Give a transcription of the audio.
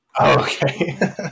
Okay